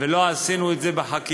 ולא עשינו את זה בחקיקה